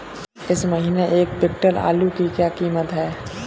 इस महीने एक क्विंटल आलू की क्या कीमत है?